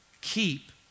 keep